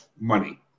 money